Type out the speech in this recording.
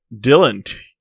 dylan